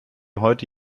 heute